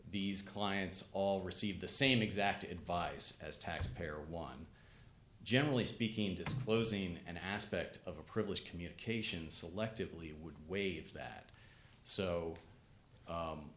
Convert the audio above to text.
these clients all receive the same exact advice as taxpayer one generally speaking disclosing an aspect of a privileged communications selectively would waive that so